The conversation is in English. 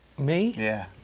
me? yeah.